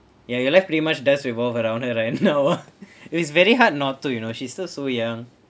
ya you life pretty much does revolve around her right now it's very hard not to you know she's still so young